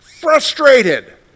frustrated